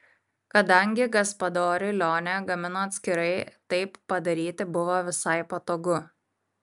kadangi gaspadoriui lionė gamino atskirai taip padaryti buvo visai patogu